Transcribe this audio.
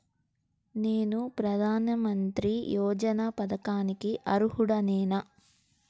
నేను ప్రధాని మంత్రి యోజన పథకానికి అర్హుడ నేన?